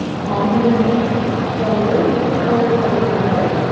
palms underneath the shoulders, we curl the toes under,